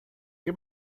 qué